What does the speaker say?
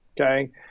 okay